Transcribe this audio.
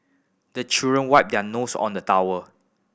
the children wipe their nose on the towel